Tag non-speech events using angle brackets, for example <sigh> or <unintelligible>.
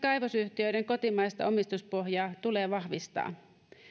<unintelligible> kaivosyhtiöiden kotimaista omistuspohjaa tulee vahvistaa